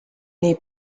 nii